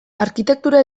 arkitektura